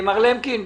מר למקין,